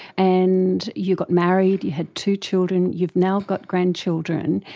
and you got married, you had two children, you've now got grandchildren,